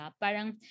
Parang